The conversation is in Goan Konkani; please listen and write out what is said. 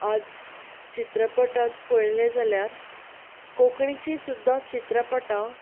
आज चित्रपटा पळयले जाल्यार कोंकणीची सुद्दा चित्रपटां